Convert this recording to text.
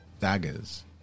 daggers